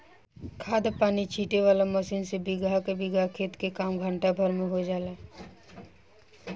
खाद पानी छीटे वाला मशीन से बीगहा के बीगहा खेत के काम घंटा भर में हो जाला